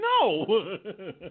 No